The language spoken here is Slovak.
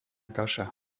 kaša